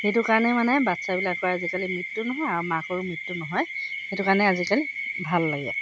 সেইটো কাৰণে মানে বাচ্ছাবিলাকৰ আজিকালি মৃত্যু নহয় আৰু মাকৰো মৃত্যু নহয় সেইটো কাৰণে আজিকালি ভাল লাগে